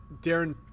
Darren